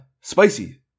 spicy